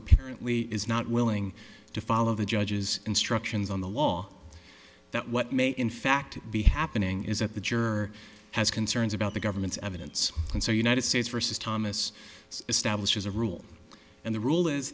apparently is not willing to follow the judge's instructions on the law that what may in fact be happening is that the juror has concerns about the government's evidence and so united states versus thomas establishes a rule and the rule is